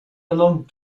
along